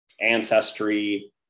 ancestry